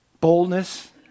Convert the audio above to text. boldness